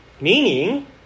meaning